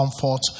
comfort